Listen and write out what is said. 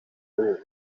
nyamwasa